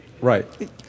Right